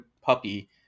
puppy